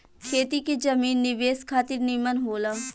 खेती के जमीन निवेश खातिर निमन होला